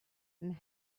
and